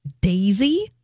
Daisy